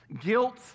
Guilt